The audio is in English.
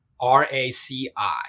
R-A-C-I